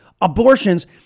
abortions